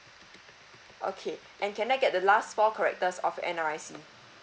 okay and can I get the last four characters of N_R_I_C